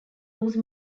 lose